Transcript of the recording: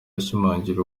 ashimangira